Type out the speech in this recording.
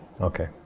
okay